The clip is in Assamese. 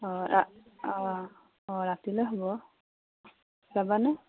অঁ অঁ অঁ ৰাতিলৈ হ'ব যাবানে